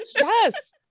yes